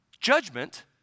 judgment